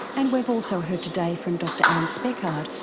and we've also heard today from dr anne speckhard,